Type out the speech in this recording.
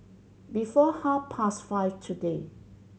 before half past five today